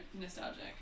nostalgic